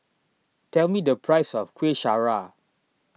tell me the price of Kuih Syara